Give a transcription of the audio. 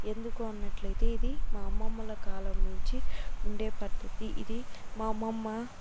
ఎందుకు అన్నట్లయితే ఇది మా అమ్మమ్మల కాలం నుంచి ఉండే పద్ధతి ఇది మా అమ్మమ్మ